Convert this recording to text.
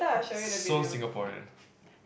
so Singaporean